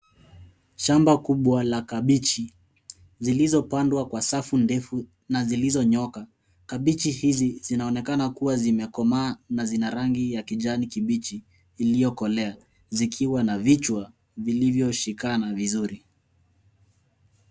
Shamba kubwa la kabichi zilizopandwa kwa safu ndefu na zilizonyooka. Kabichi hizi zinaonekana kuwa zimekomaa na ya rangi kijani kibichi iliyokolea, zikiwa na vichwa vilivyoshikana vizuri.